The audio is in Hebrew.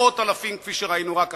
מאות אלפים, כפי שראינו רק עכשיו.